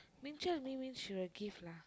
Ming Qiao if me means she will give lah